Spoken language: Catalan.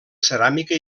ceràmica